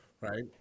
Right